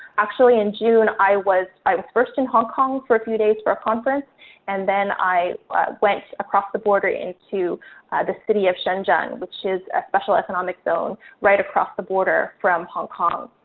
actually, in june i was i was first in hong kong for a few days for a conference and then i went across the border into the city of shenzhen, which is a special economic zone, right across the border from hong kong.